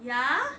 ya